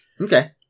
Okay